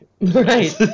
Right